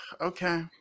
okay